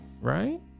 Right